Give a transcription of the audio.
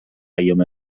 ایام